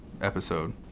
episode